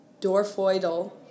Dorfoidal